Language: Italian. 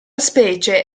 specie